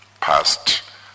past